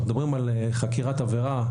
כאשר אנחנו מדברים על חקירת עבירה,